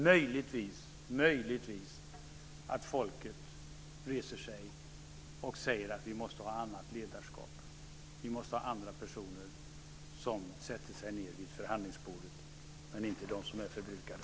Möjligtvis reser sig folket och säger att man måste ha ett annat ledarskap, att man måste ha andra personer som sätter sig ned vid förhandlingsbordet i stället för dem som är förbrukade.